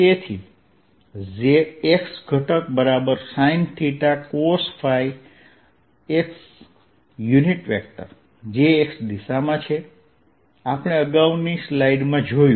તેથી x ઘટકsinθcosϕx જે x દિશામાં છે આપણે અગાઉની સ્લાઈડમાં જોયું